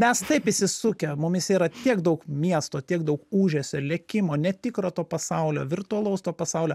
mes taip įsisukę mumyse yra tiek daug miesto tiek daug ūžesio lėkimo netikro to pasaulio virtualaus to pasaulio